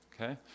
Okay